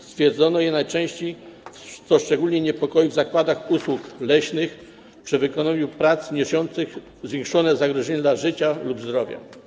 Stwierdzano je najczęściej - co szczególnie niepokoi - w zakładach usług leśnych, przy wykonywaniu prac niosących zwiększone zagrożenie dla życia lub zdrowia.